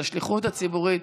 על השליחות הציבורית.